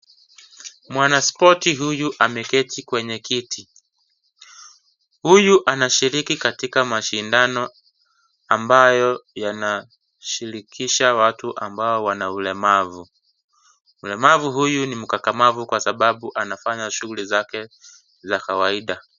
Mwanaspoti huyu ameketi kwenye kiti. Huyu anashiriki katika mashindano ambayo yanashirikisha watu ambao wana ulemavu. Mlemavu huyu ni mkakamavu kwa sababu anafanya shughuli zake za kawaida.